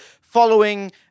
following